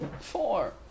Four